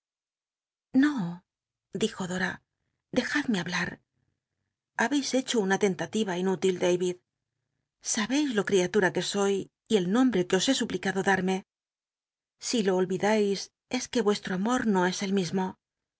no dijo dora dejadmehablar habeis hecho una tentatim inútil david sabeis lo criatura que soy y el nombre que os be suplicado darme si lo olvidais os que vuestro amor no es el mismo